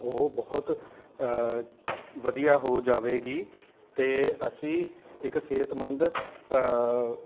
ਉਹ ਬਹੁਤ ਵਧੀਆ ਹੋ ਜਾਵੇਗੀ ਅਤੇ ਅਸੀਂ ਇੱਕ ਸਿਹਤਮੰਦ